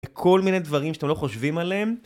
כל מיני דברים שאתם לא חושבים עליהם.